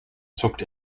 zuckt